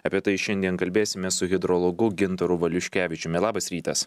apie tai šiandien kalbėsimės su hidrologu gintaru valiuškevičiumi labas rytas